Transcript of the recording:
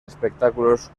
espectáculos